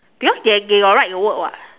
because they they got write the word [what]